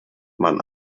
man